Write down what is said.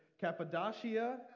Cappadocia